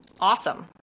awesome